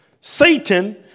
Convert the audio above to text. Satan